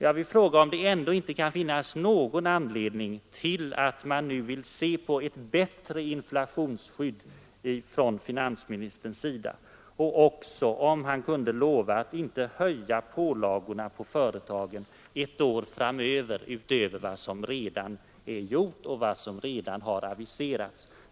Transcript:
Jag vill fråga för det första: Kan inte finansministern erkänna att det finns någon anledning att åstadkomma ett bättre inflationsskydd? Och för det andra: Kan finansministern nu lova att inte höja pålagorna på företagen ett år framöver utöver vad som redan är gjort och redan har aviserats?